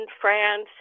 France